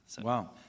Wow